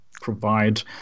provide